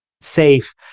safe